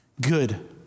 Good